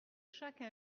chacun